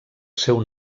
seu